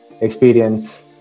experience